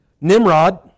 Nimrod